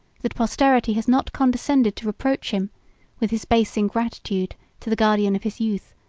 that posterity has not condescended to reproach him with his base ingratitude to the guardian of his youth,